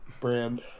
brand